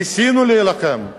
ניסינו להילחם,